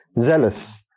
Zealous